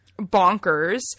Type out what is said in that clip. bonkers